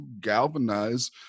galvanize